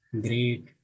great